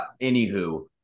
anywho